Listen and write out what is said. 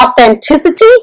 authenticity